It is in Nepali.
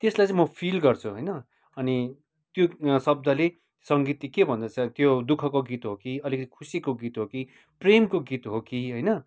त्यसलाई चाहिँ म फिल गर्छु होइन अनि त्यो शब्दले सङ्गीतले के भन्दैछ त्यो दुःखको गीत हो कि अलिकति खुसीको गीत हो कि प्रेमको गीत हो कि होइन